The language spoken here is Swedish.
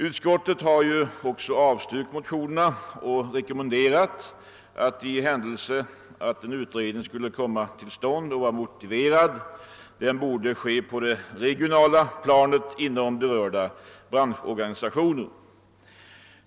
Utskottet har avstyrkt motionsyrkan det och rekommenderat, att i händelse en utredning skulle vara motiverad den borde ske på det regionala planet inom berörda branschorganisationer.